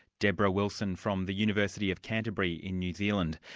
debra wilson, from the university of canterbury in new zealand.